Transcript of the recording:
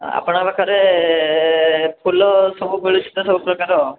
ଆପଣଙ୍କ ପାଖରେ ଫୁଲ ସବୁ ମିଳୁଛି ତ ସବୁ ପ୍ରକାର